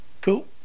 Cool